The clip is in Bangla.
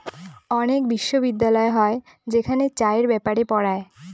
অনেক বিশ্ববিদ্যালয় হয় যেখানে চাষের ব্যাপারে পড়ায়